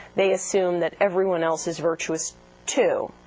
they assume that everyone else is virtuous too,